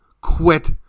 Quit